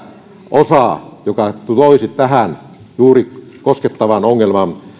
osaa joka toisi juuri tähän koskettavaan ongelmaan